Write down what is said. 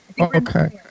Okay